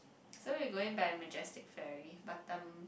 so we going by majestic ferry Batam